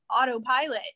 autopilot